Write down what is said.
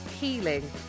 healing